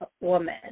woman